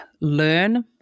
learn